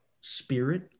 spirit